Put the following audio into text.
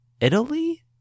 Italy